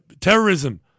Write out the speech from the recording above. terrorism